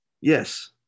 Yes